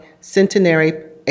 Centenary